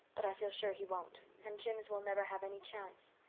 but i feel sure he won't and jims will never have any chance.